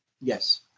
Yes